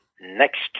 next